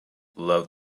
love